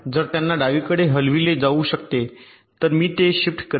जर त्यांना डावीकडे हलविले जाऊ शकते तर मी ते शिफ्ट करेल